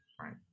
right